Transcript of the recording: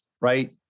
right